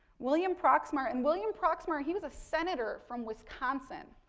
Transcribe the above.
william proxmire. and, william proxmire, he was a senator from wisconsin.